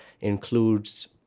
includes